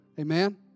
Amen